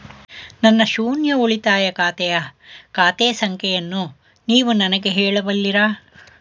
ನನ್ನ ಶೂನ್ಯ ಉಳಿತಾಯ ಖಾತೆಯ ಖಾತೆ ಸಂಖ್ಯೆಯನ್ನು ನೀವು ನನಗೆ ಹೇಳಬಲ್ಲಿರಾ?